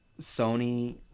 Sony